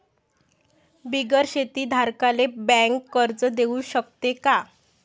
बिगर शेती धारकाले बँक कर्ज देऊ शकते का?